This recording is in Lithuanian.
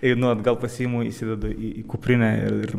einu atgal pasiimu įsidedu į į kuprinę ir